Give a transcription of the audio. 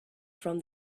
from